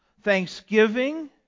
thanksgiving